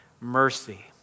mercy